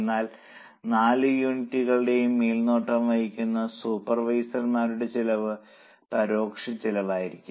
എന്നാൽ 4 യൂണിറ്റുകളുടെയും മേൽനോട്ടം വഹിക്കുന്ന സൂപ്പർവൈസർ മാരുടെ ചെലവ് പരോക്ഷ ചെലവായിരിക്കും